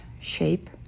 shape